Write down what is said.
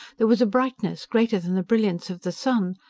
there was a brightness greater than the brilliance of the sun.